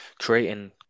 creating